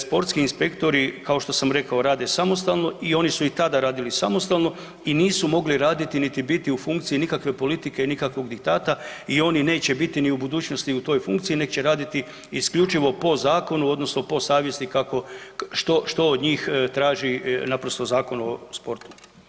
Sportski inspektori kao što sam rekao rade samostalno i oni su i tada radili samostalno i nisu mogli raditi niti biti u funkciji nikakve politike, nikakvog diktata i oni neće biti ni u budućnosti u toj funkciji nego će raditi isključivo po zakonu odnosno po savjesti kako, što od njih traži naprosto Zakon o sportu.